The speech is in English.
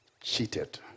cheated